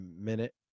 minute